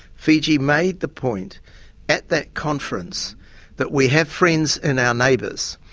fiji made the point at that conference that we have friends in our neighbours.